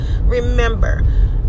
Remember